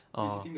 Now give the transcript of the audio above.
orh